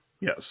Yes